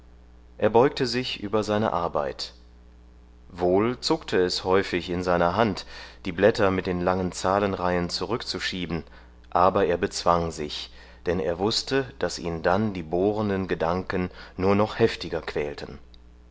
er beugte sich über seine arbeit wohl zuckte es häufig in seiner hand die blätter mit den langen zahlenreihen zurückzuschieben aber er bezwang sich denn er wußte daß ihn dann die bohrenden gedanken nur noch heftiger quälten